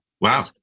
Wow